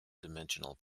dimensional